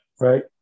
Right